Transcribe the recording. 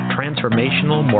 Transformational